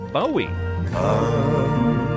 Bowie